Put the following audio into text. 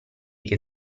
che